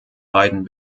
beiden